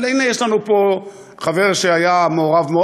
אבל הנה, יש לנו פה חבר שהיה מעורב מאוד.